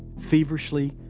feverishly,